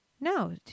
No